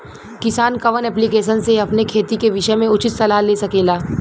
किसान कवन ऐप्लिकेशन से अपने खेती के विषय मे उचित सलाह ले सकेला?